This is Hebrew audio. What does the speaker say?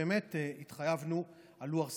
באמת התחייבנו על לוח זמנים,